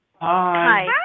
Hi